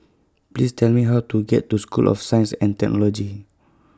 Please Tell Me How to get to School of Science and Technology